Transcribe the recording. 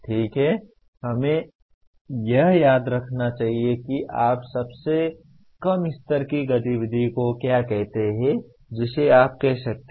ठीक है हमें यह याद रखना चाहिए कि आप सबसे कम स्तर की गतिविधि को क्या कहते हैं जिसे आप कह सकते हैं